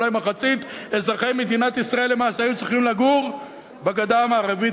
אולי מחצית אזרחי מדינת ישראל למעשה היו צריכים לגור בגדה המערבית,